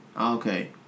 Okay